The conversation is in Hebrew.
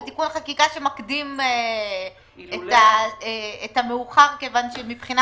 זה תיקון חקיקה שמקדים את המאוחר כיוון שמבחינה